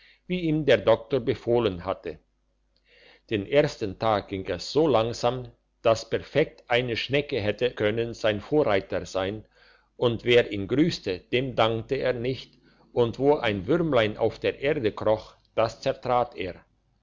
wie ihm der doktor befohlen hatte den ersten tag ging es so langsam daß eine schnecke hätte können sein vorreiter sein und wer ihn grüßte dem dankte er nicht und wo ein würmlein auf der erde kroch das zertrat er